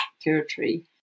territory